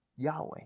Yahweh